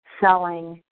selling